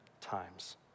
times